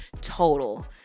total